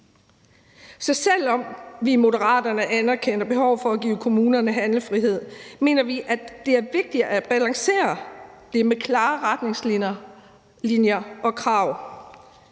Så selv om vi i Moderaterne anerkender behovet for at give kommunerne handlefrihed, mener vi, at det er vigtigt at balancere det med klare retningslinjer og krav.